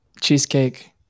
cheesecake